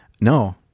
No